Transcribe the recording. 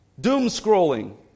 doom-scrolling